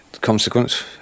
consequence